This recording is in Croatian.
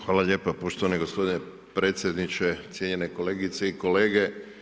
Hvala lijepo poštovani gospodine predsjedniče, cijenjene kolegice i kolege.